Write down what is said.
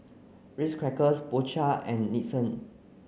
Ritz Crackers Po Chai and Nixon